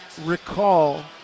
recall